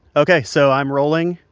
okay. so i'm rolling.